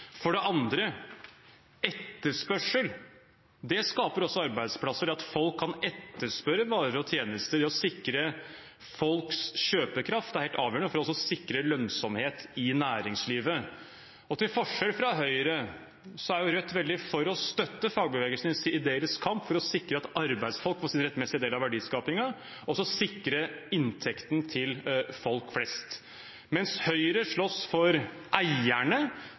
For det andre: Etterspørsel skaper også arbeidsplasser, det at folk kan etterspørre varer og tjenester. Det å sikre folks kjøpekraft er helt avgjørende for også å sikre lønnsomhet i næringslivet. Til forskjell fra Høyre er Rødt veldig for å støtte fagbevegelsen i deres kamp for å sikre at arbeidsfolk får sin rettmessige del av verdiskapingen, og også sikre inntekten til folk flest. Mens Høyre slåss for eierne,